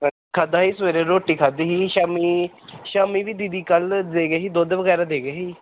ਖਾ ਖਾਧਾ ਸੀ ਸਵੇਰੇ ਰੋਟੀ ਖਾਧੀ ਸੀ ਸ਼ਾਮੀ ਸ਼ਾਮੀ ਵੀ ਦੀਦੀ ਕੱਲ੍ਹ ਦੇ ਗਏ ਸੀ ਦੁੱਧ ਵਗੈਰਾ ਦੇ ਗਏ ਸੀ